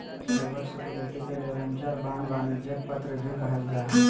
डेब्ट सिक्योरिटी के debenture, bond, वाणिज्यिक पत्र भी कहल जा हय